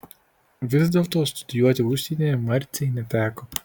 vis dėlto studijuoti užsienyje marcei neteko